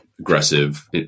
aggressive